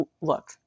look